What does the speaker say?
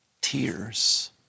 tears